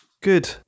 Good